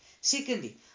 Secondly